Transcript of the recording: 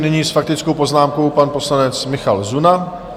Nyní s faktickou poznámkou pan poslanec Michal Zuna.